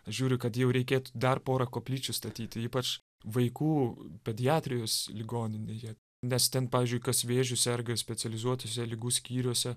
žiūri kad jau reikėtų dar porą koplyčių statyti ypač vaikų pediatrijos ligoninėje nes ten pavyzdžiui kas vėžiu serga specializuotuose ligų skyriuose